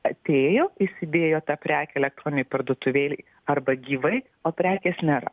atėjo įsidėjo tą prekę elektroninėj parduotuvėlėj arba gyvai o prekės nėra